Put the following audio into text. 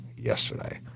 yesterday